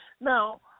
Now